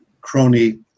crony